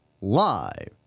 live